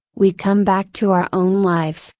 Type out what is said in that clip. we come back to our own lives,